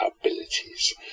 abilities